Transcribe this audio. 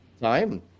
time